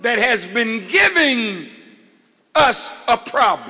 that has been giving us a problem